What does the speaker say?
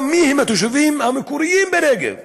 גם מיהם התושבים המקוריים בנגב.